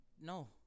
No